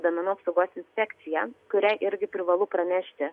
duomenų apsaugos inspekcija kuriai irgi privalu pranešti